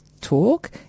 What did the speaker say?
talk